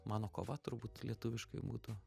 mano kova turbūt lietuviškai būtų